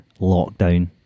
lockdown